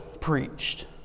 preached